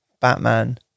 Batman